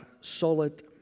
solid